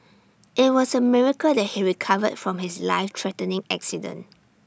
IT was A miracle that he recovered from his life threatening accident